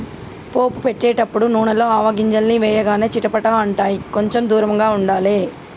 పోపు పెట్టేటపుడు నూనెల ఆవగింజల్ని వేయగానే చిటపట అంటాయ్, కొంచెం దూరంగా ఉండాలే